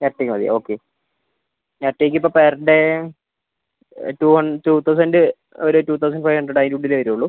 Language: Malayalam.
എർട്ടിഗ മതി ഓക്കെ എർട്ടിഗയ്ക്കിപ്പോൾ പെർ ഡേ ടൂ ഹണ് ടൂ തൗസൻഡ് ഒരു ടൂ തൗസൻഡ് ഫൈവ് ഹണ്ട്രഡ് അതിനുള്ളിലേ വരുള്ളൂ